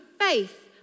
faith